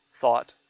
thought